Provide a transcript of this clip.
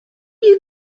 you